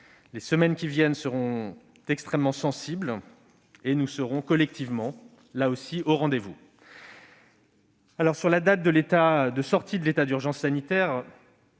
Les semaines qui viennent seront extrêmement sensibles et nous serons collectivement au rendez-vous. En ce qui concerne la date de sortie de l'état d'urgence sanitaire,